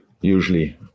usually